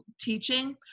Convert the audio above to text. teaching